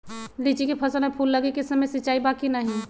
लीची के फसल में फूल लगे के समय सिंचाई बा कि नही?